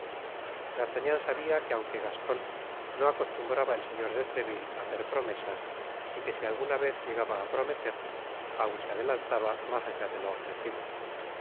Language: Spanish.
sabia que aunque gascon no acostumbraba el señor de treville hacer promesas y que si alguna vez llegaba á prometer aun se adelantaba mas allá de lo ofrecido